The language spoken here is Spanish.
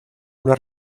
una